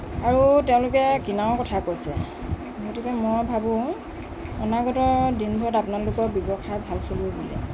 আৰু তেওঁলোকে কিনাৰো কথা কৈছে গতিকে মই ভাবোঁ অনাগত দিনবোৰত আপোনালোকৰ ব্যৱসায় ভাল চলিব বুলি